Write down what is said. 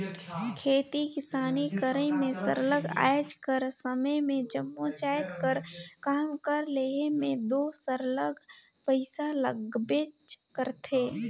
खेती किसानी करई में सरलग आएज कर समे में जम्मो जाएत कर काम कर लेहे में दो सरलग पइसा लागबेच करथे